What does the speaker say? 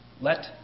let